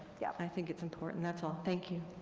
yeah and i think it's important, that's all, thank you.